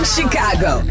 Chicago